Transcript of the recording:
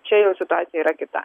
čia jau situacija yra kita